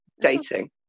dating